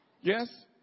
Yes